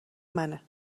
منه